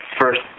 first